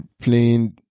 playing